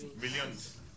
Millions